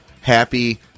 happy